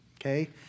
Okay